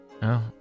No